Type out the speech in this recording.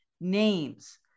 names